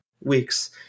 weeks